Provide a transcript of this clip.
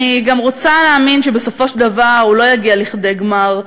אני גם רוצה להאמין שבסופו של דבר הוא לא יגיע לכדי גמר.